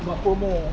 got promo